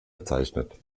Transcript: bezeichnet